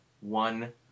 one